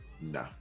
No